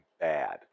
bad